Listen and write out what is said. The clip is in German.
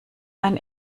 mein